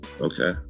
Okay